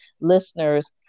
listeners